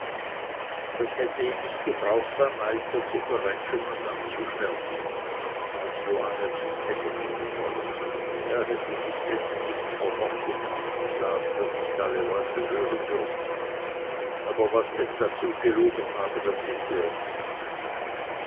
das hätte ihn nicht gebraucht beim meister zu verrätschen und anzuschwärzen als johannes ihn hätte dingen wollen er hatte sich dessen nichts vermocht und nichts gesagt was nicht alle leute hätten hören dürfen aber was es dazu gelogen habe das wisse er nicht